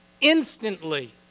instantly